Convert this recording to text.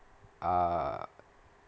uh